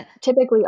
typically